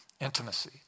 intimacy